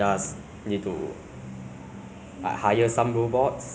the whole world like why not let let the robots go do the tough jobs